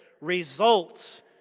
results